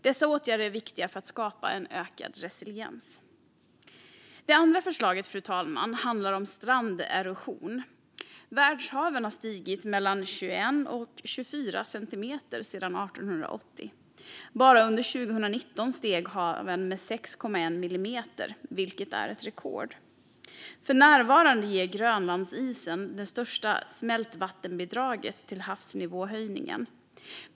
Dessa åtgärder är viktiga för att skapa en ökad resiliens. Det andra förslaget, fru talman, handlar om stranderosion. Världshaven har stigit med mellan 21 och 24 centimeter sedan 1880. Bara under 2019 steg haven med 6,1 millimeter, vilket är ett rekord. För närvarande ger Grönlandsisen det största smältvattenbidraget till havsnivåhöjningen.